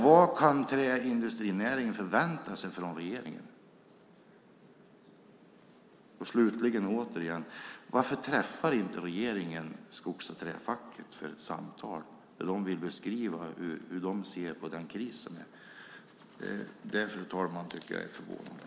Vad kan träindustrinäringen förvänta sig från regeringen? Varför träffar inte regeringen Skogs och Träfacket för ett samtal? De vill beskriva hur de ser på krisen. Det är förvånande.